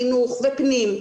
חינוך ופנים,